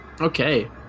Okay